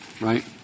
Right